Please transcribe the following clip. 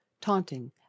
taunting